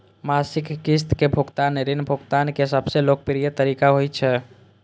मासिक किस्त के भुगतान ऋण भुगतान के सबसं लोकप्रिय तरीका होइ छै